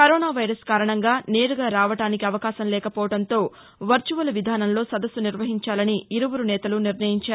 corona virus కారణంగా నేరుగా రావడానికి అవకాశం లేకపోవడంతో వర్చువల్ విధానంలో సదస్సు నిర్వహించాలని ఇరువురు నేతలు నిర్ణయించారు